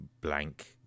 blank